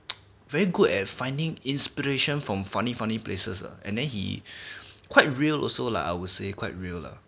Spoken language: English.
very good air finding inspiration from funny funny places ah and then he quite real also lah I would say quite real lah